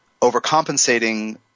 overcompensating